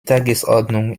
tagesordnung